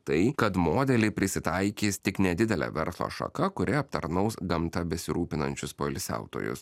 tai kad modeliai prisitaikys tik nedidelė verslo šaka kuri aptarnaus gamta besirūpinančius poilsiautojus